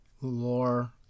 lore